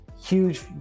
huge